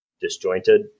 disjointed